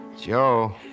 Joe